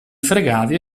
fregavi